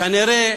כנראה